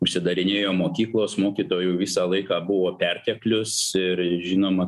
užsidarinėjo mokyklos mokytojų visą laiką buvo perteklius ir žinoma